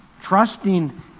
trusting